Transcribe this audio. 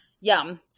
yum